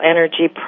Energy